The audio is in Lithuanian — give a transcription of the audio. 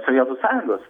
sovietų sąjungos